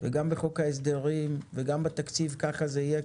וגם בחוק ההסדרים וגם בתקציב ככה זה יהיה,